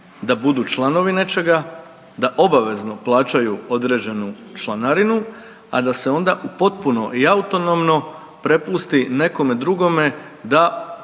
da budu članovi nečega, da obavezno plaćaju određenu članarinu, a da se onda u potpuno i autonomno prepusti nekome drugome da